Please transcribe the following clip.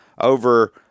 over